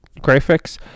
graphics